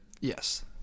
yes